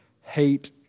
hate